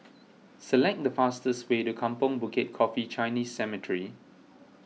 select the fastest way to Kampong Bukit Coffee Chinese Cemetery